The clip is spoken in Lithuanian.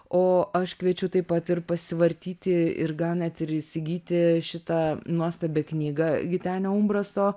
o aš kviečiu taip pat ir pasivartyti ir gal net ir įsigyti šitą nuostabią knygą gitenio umbraso